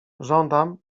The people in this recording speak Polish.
żądam